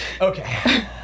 Okay